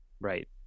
right